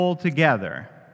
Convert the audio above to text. together